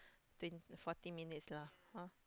twenty forty minutes lah hor